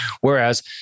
Whereas